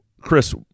Chris